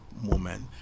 moment